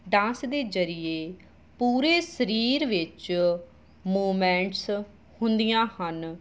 dance ਦੇ ਜ਼ਰੀਏ ਪੂਰੇ ਸਰੀਰ ਵਿੱਚ ਮੂਮੈਂਟਸ ਹੁੰਦੀਆਂ ਹਨ